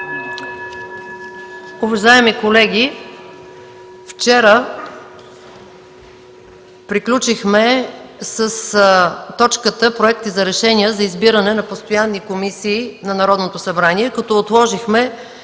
Уважаеми колеги, вчера приключихме с точката „Проекти за решения за избиране на постоянни комисии на Народното събрание”, като отложихме